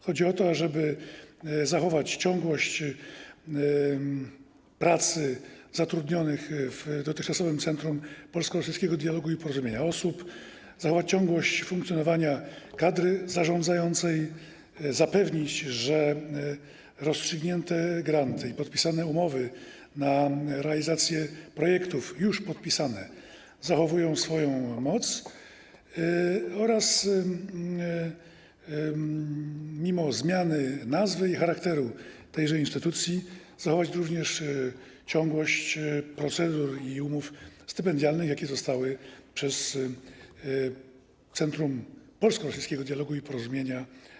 Chodzi o to, aby zachować ciągłość pracy osób zatrudnionych w dotychczasowym Centrum Polsko-Rosyjskiego Dialogu i Porozumienia, zachować ciągłość funkcjonowania kadry zarządzającej, zapewnić, że rozstrzygnięte granty i już podpisane umowy na realizację projektów zachowują swoją moc, oraz - mimo zmiany nazwy i charakteru tej instytucji - zachować ciągłość procedur i umów stypendialnych, jakie zostały zawarte przez Centrum Polsko-Rosyjskiego Dialogu i Porozumienia.